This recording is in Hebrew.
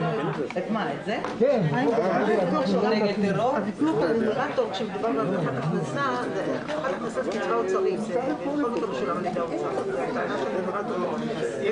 11:35.